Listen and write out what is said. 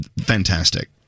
fantastic